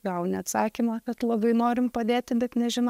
gauni atsakymą kad labai norim padėti bet nežino